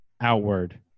outward